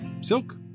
Silk